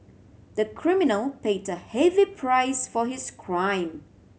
the criminal paid a heavy price for his crime